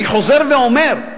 אני חוזר ואומר,